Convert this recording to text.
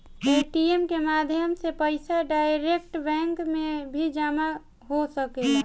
ATM के माध्यम से पईसा डायरेक्ट बैंक में भी जामा हो सकेला